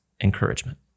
Encouragement